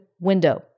window